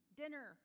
dinner